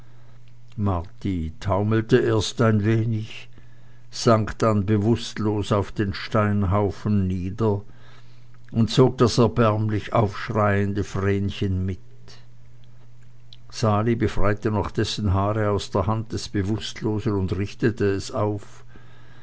marti taumelte erst ein wenig sank dann bewußtlos auf den steinhaufen nieder und zog das erbärmlich aufschreiende vrenchen mit sali befreite noch dessen haare aus der hand des bewußtlosen und richtete es auf